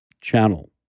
channel